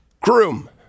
groom